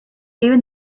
even